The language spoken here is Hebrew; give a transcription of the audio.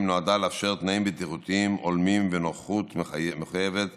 נועדה לאפשר תנאים בטיחותיים הולמים ונוחות מחויבת